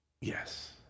Yes